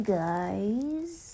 guys